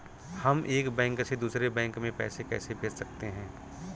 हम एक बैंक से दूसरे बैंक में पैसे कैसे भेज सकते हैं?